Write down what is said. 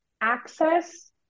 access